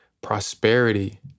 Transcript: prosperity